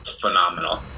phenomenal